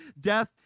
death